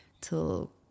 Till